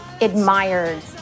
admired